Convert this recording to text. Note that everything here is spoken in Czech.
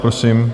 Prosím.